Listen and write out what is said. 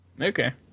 Okay